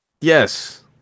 Yes